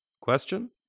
Question